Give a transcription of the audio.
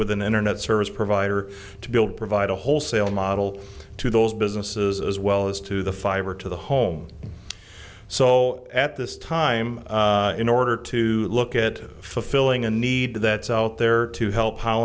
with an internet service provider to build provide a wholesale model to those businesses as well as to the fiber to the home so at this time in order to look at fulfilling a need that's out there to help